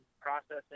processing